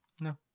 No